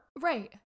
Right